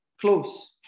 close